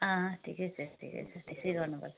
अँ ठिकै छ ठिकै छ त्यसै गर्नुपर्छ